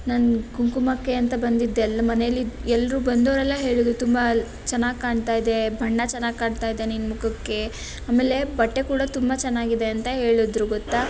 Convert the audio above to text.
ನಾನು ಕುಂಕುಮಕ್ಕೆ ಅಂತ ಬಂದಿದ್ದೆ ಎಲ್ಲ ಮನೆಯಲ್ಲಿ ಎಲ್ಲರೂ ಬಂದವರೆಲ್ಲ ಹೇಳಿದರು ತುಂಬ ಚೆನ್ನಾಗಿ ಕಾಣ್ತಾ ಇದೆ ಬಣ್ಣ ಚೆನ್ನಾಗಿ ಕಾಣ್ತಾ ಇದೆ ನಿನ್ನ ಮುಖಕ್ಕೆ ಆಮೇಲೆ ಬಟ್ಟೆ ಕೂಡ ತುಂಬ ಚೆನ್ನಾಗಿದೆ ಅಂತ ಹೇಳಿದರು ಗೊತ್ತಾ